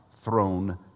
throne